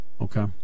okay